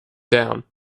down